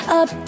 up